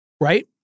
right